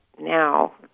now